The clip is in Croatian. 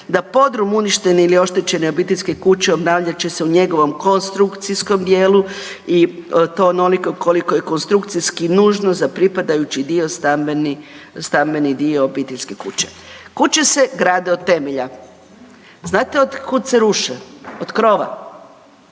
da podrum uništene ili oštećene obiteljske kuće obnavljat će se u njegovom konstrukcijskom dijelu i to onoliko koliko je konstrukcijski nužno za pripadajući dio stambeni dio obiteljske kuće. Kuće se grade od temelja. Znate od kud se ruše? Od krova.